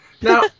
Now